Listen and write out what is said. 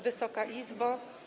Wysoka Izbo!